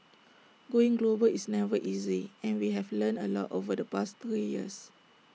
going global is never easy and we have learned A lot over the past three years